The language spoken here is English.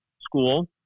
school